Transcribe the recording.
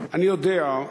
אני יודע,